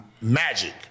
magic